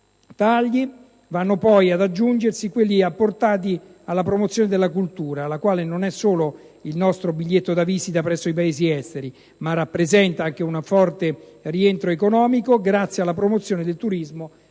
tagli vanno poi ad aggiungersi quelli apportati alla promozione della cultura, la quale non è solo il nostro biglietto da visita presso i Paesi esteri, ma rappresenta anche un forte rientro economico, grazie alla promozione del turismo verso